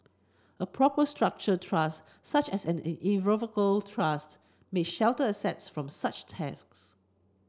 a proper structured trust such as an irrevocable trust may shelter assets from such taxes